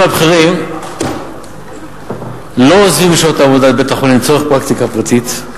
הבכירים לא עוזבים בשעות העבודה את בית-החולים לצורך פרקטיקה פרטית.